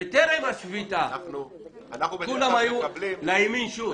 בטרם השביתה, כולם היו לימין שור.